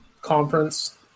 conference